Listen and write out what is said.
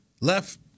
left